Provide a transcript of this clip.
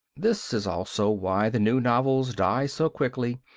this is also why the new novels die so quickly,